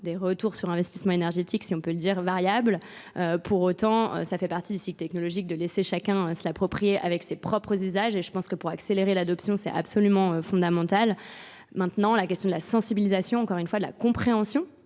des retours sur investissements énergétiques. si on peut le dire, variable. Pour autant, ça fait partie du cycle technologique de laisser chacun se l'approprier avec ses propres usages. Et je pense que pour accélérer l'adoption, c'est absolument fondamental. Maintenant, la question de la sensibilisation, encore une fois, de la compréhension.